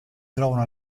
trovano